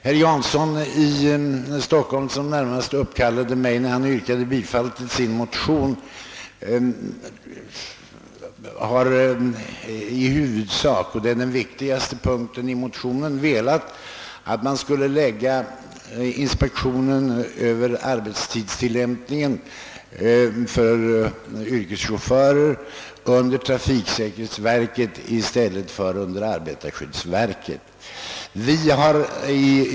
Herr Jansson i Stockholm, som närmast uppkallade mig, när han yrkade bifall till sin motion, har i huvudsak — och det är den viktigaste punkten i motionen — velat att inspektionen över arbetstidstillämpningen för yrkeschaufförer skulle läggas hos trafiksäkerhetsverket i stället för hos arbetarskyddsverket.